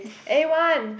A one